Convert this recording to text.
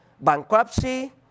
bankruptcy